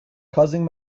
causing